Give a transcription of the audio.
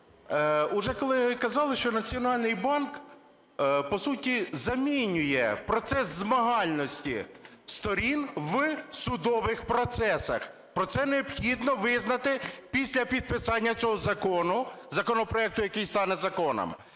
вже колеги казали, що Національний банк, по суті, замінює процес змагальності сторін в судових процесах. Про це необхідно визнати після підписання цього закону, законопроекту який стане законом.